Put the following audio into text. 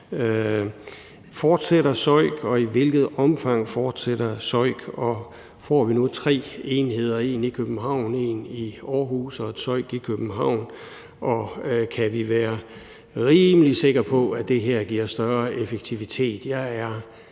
Fortsætter SØIK, og i hvilket omfang fortsætter SØIK? Og får vi så nu tre enheder, altså én i København, én i Aarhus og SØIK i København? Og kan vi være rimelig sikre på, at det her giver større effektivitet?